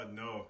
no